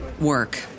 work